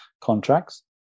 contracts